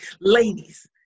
Ladies